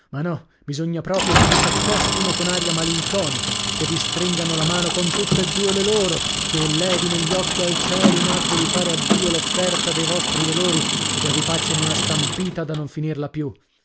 ma no bisogna proprio che vi s'accostino con aria malinconica che vi stringano la mano con tutt'e due le loro che levino gli occhi al cielo in atto di fare a dio l'offerta dei vostri dolori e che vi facciano una stampita da non finirla più